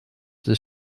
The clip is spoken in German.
des